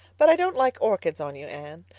but i don't like orchids on you, anne.